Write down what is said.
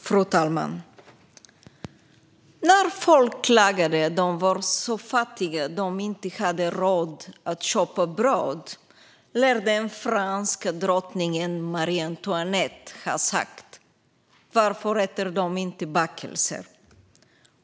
Fru talman! När folk klagade på att de var så fattiga att de inte hade råd att köpa bröd lär den franska drottningen Marie Antoinette ha sagt "Varför äter de inte bakelser?".